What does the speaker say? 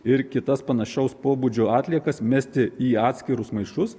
ir kitas panašaus pobūdžio atliekas mesti į atskirus maišus